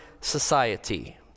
society